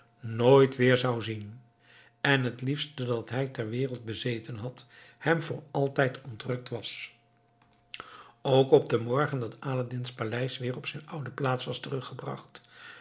nooit weer zou zien en het liefste dat hij ter wereld bezeten had hem voor altijd ontrukt was ook op den morgen dat aladdin's paleis weer op zijn oude plaats was teruggebracht